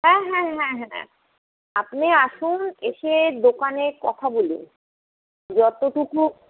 হ্যাঁ হ্যাঁ হ্যাঁ হ্যাঁ আপনি আসুন এসে দোকানে কথা বলুন যতটুকু